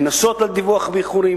קנסות על דיווחים באיחור,